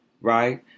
right